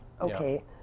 Okay